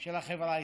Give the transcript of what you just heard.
של החברה הישראלית.